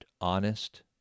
honest